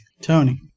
Tony